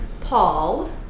Paul